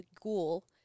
Ghoul